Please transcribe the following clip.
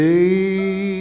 Day